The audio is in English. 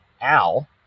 Al